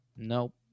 Nope